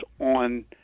on